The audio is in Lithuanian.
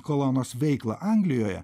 kolonos veiklą anglijoje